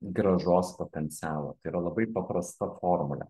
grąžos potencialą tai yra labai paprasta formulė